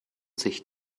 sich